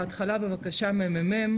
בהתחלה, בבקשה, הממ"מ.